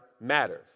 matters